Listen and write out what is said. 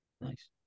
Nice